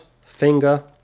finger